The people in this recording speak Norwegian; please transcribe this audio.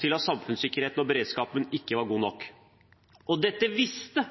til at samfunnssikkerheten og beredskapen ikke var god nok. Dette visste